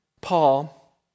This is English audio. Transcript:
Paul